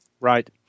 Right